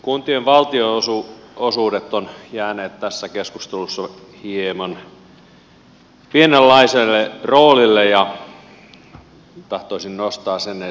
kuntien valtionosuudet ovat jääneet tässä keskustelussa hieman pienenlaiselle roolille ja tahtoisin nostaa sen esille vielä